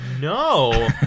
No